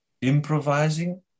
improvising